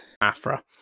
afra